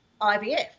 IVF